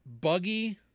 buggy